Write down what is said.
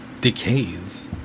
decays